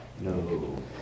No